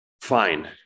Fine